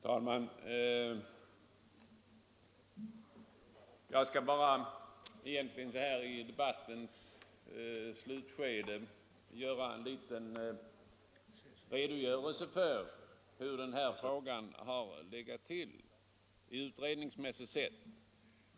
Herr talman! Jag skall egentligen så här i debattens slutskede bara ge en liten redogörelse för hur den här frågan har legat till utredningsmässigt sett.